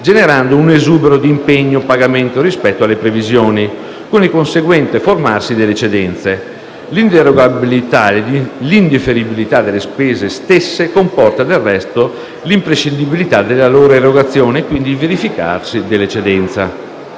generando un esubero di impegno/pagamento rispetto alle previsioni, con il conseguente formarsi delle eccedenze. L'inderogabilità e l'indifferibilità delle spese stesse comportano, del resto, la imprescindibilità della loro erogazione e, quindi, il verificarsi dell'eccedenza.